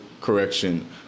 correction